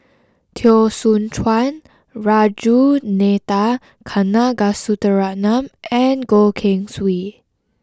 Teo Soon Chuan Ragunathar Kanagasuntheram and Goh Keng Swee